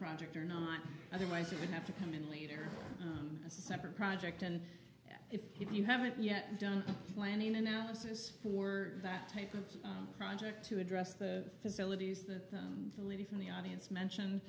project or not otherwise it would have to come in later on a separate project and if you haven't yet done planning analysis for that type of project to address the facilities that the lady from the audience mentioned